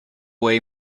way